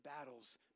battles